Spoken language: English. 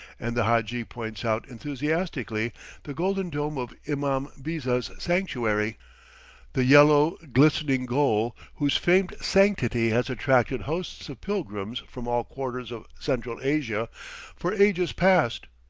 and the hadji points out enthusiastically the golden dome of imam biza's sanctuary the yellow, glistening goal whose famed sanctity has attracted hosts of pilgrims from all quarters of central asia for ages past.